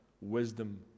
wisdom